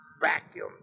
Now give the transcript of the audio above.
vacuum